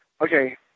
okay